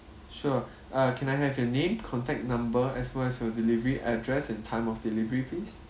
sure uh can I have your name contact number as well as your delivery address and time of delivery please